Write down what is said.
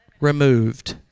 removed